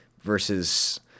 versus –